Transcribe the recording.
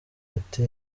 ati